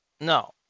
No